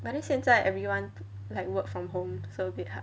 but then 现在 everyone like work from home so a bit hard